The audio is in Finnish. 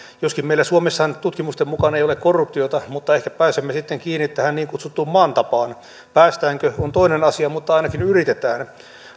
joskaan meillä suomessahan tutkimusten mukaan ei ole korruptiota mutta ehkä pääsemme sitten kiinni tähän niin kutsuttuun maan tapaan päästäänkö on toinen asia mutta ainakin yritetään